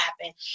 happen